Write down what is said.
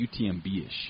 UTMB-ish